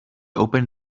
opened